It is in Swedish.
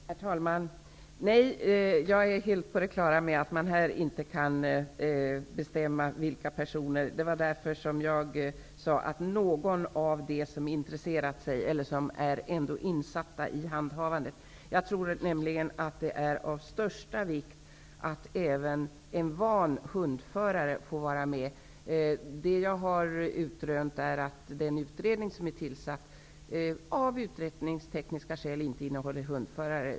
Herr talman! Nej, jag är helt på det klara med att man här inte kan bestämma vilka personer som skall komma i fråga. Därför sade jag också att det skulle gälla någon av dem som intresserat sig för eller som är insatta i handhavandet av hund. Jag tror nämligen att det är av största vikt att även en van hundförare får vara med. Såvitt jag kunnat utröna består den utredning som är tillsatt av utredningstekniska skäl inte av hundförare.